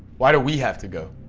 why do we have to go?